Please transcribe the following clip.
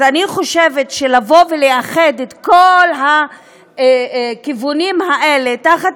אז אני חושבת שלאחד את כל הכיוונים האלה תחת